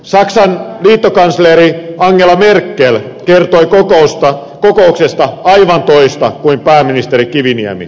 saksan liittokansleri angela merkel kertoi kokouksesta aivan toista kuin pääministeri kiviniemi